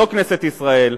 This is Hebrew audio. לא כנסת ישראל,